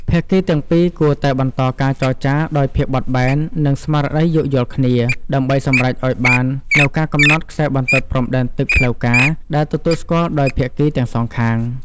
ភាគីទាំងពីរគួរតែបន្តការចរចាដោយភាពបត់បែន និងស្មារតីយោគយល់គ្នា ដើម្បីសម្រេចឱ្យបាននូវការកំណត់ខ្សែបន្ទាត់ព្រំដែនទឹកផ្លូវការដែលទទួលស្គាល់ដោយភាគីទាំងសងខាង។